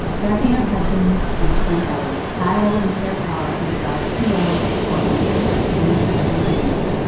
jacquie and her husband and her son elliott pile into their car and drive two hours to the portland airport to meet the chinese mother.